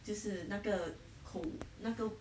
就是那个口那个